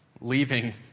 leaving